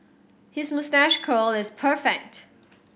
his moustache curl is perfect